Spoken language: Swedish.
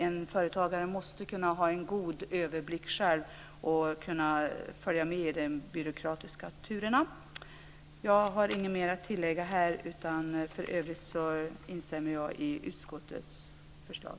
En företagare måste själv kunna ha en god överblick och kunna följa med i de byråkratiska turerna. För övrigt instämmer jag i utskottets förslag.